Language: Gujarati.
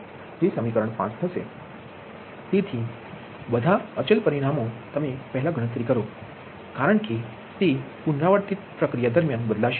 તેથી બધાં અચલ પરિમાણો તમે પહેલાં ગણતરી કરો કારણ કે તે પેરામીટર તમારી પુનરાવર્તિત પ્રક્રિયા દરમ્યાન બદલાશે નહીં